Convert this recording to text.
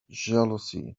jealousy